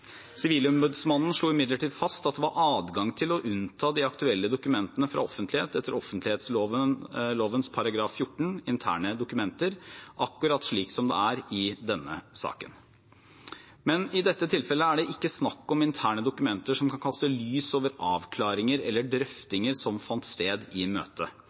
Sivilombudsmannen slo imidlertid fast at det var adgang til å unnta de aktuelle dokumentene fra offentlighet etter offentlighetsloven § 14, om interne dokumenter, akkurat som det er i denne saken. Men i dette tilfellet er det ikke snakk om interne dokumenter som kan kaste lys over avklaringer eller drøftinger som fant sted i møtet.